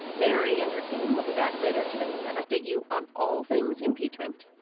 mary and her team will be back later today to update you on all things impeachment.